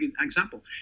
example